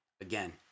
again